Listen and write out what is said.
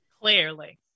Clearly